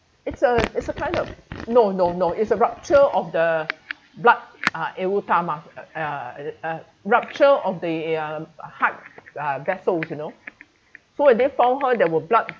it's a it's a kind of no no no it's a rupture of the blood uh uh uh rupture of the um heart uh vessels you know so when they found her there were blood